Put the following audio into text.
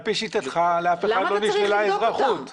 על פי שיטתך לאף אחד לא נשללה אזרחות.